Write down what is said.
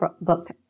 book